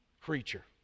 creature